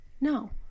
No